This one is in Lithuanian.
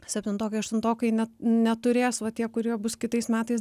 septintokai aštuntokai ne neturės va tie kurie bus kitais metais